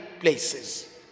places